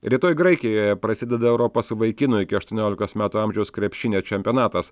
rytoj graikijoje prasideda europos vaikinų iki aštuoniolikos metų amžiaus krepšinio čempionatas